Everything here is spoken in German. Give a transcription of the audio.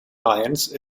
alliance